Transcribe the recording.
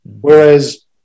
Whereas